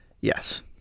Yes